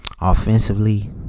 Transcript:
offensively